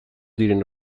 diren